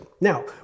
Now